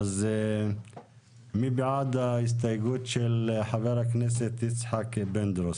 מי בעד ההסתייגות של חבר הכנסת פינדרוס,